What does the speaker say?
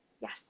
yes